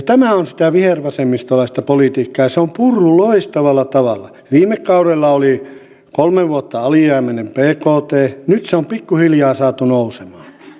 tämä on sitä vihervasemmistolaista politiikkaa ja se on purrut loistavalla tavalla viime kaudella oli kolme vuotta alijäämäinen bkt nyt se on pikkuhiljaa saatu nousemaan